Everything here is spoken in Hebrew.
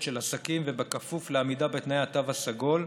של עסקים בכפוף לעמידה בתנאי התו הסגול.